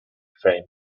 frame